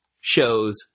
shows